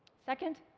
second,